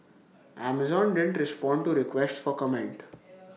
Amazon didn't respond to requests for comment